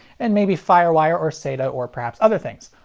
and maybe firewire or sata or perhaps other things.